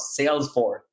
Salesforce